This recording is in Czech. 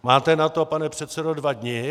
Máte na to, pane předsedo, dva dni.